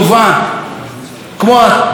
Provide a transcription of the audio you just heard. כמו תעשיית הסטרטאפ שלנו,